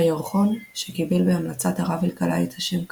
הירחון, שקיבל בהמלצת הרב אלקלעי את השם "כרמי"